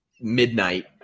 midnight